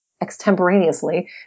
extemporaneously